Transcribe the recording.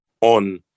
on